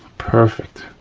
perfect.